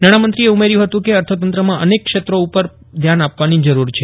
નાજ્ઞામંત્રીએ ઉમેર્યું હતું કે અર્થતંત્રમાં અનેક લેત્રો ઉપર ધ્યાન આપવાની જરૂર છે